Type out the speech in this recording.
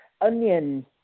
onion